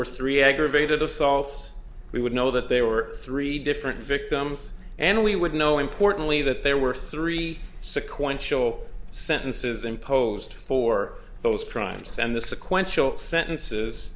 were three aggravated assaults we would know that there were three different victims and we would know importantly that there were three sequential sentences imposed for those crimes and the se